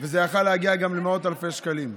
וזה יכול היה להגיע גם למאות אלפי שקלים.